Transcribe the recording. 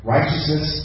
Righteousness